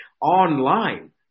online